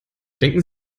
denken